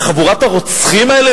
לחבורת הרוצחים האלה,